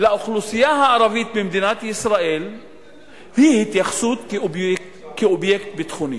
האוכלוסייה הערבית במדינת ישראל היא כאל אובייקט ביטחוני.